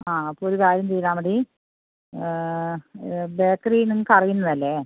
ആ അപ്പോൾ ഒരു കാര്യം ചെയ്താൽ മതി ബേക്കറി നിങ്ങൾക്ക് അറിയുന്നതല്ലേ